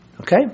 Okay